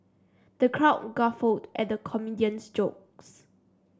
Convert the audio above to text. the crowd guffawed at the comedian's jokes